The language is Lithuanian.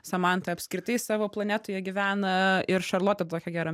samanta apskritai savo planetoje gyvena ir šarlotė tokia gera